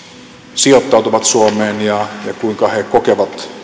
sijoittautuvat suomeen ja ja kuinka he kokevat